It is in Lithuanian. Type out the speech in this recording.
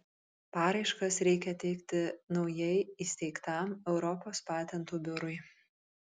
paraiškas reikia teikti naujai įsteigtam europos patentų biurui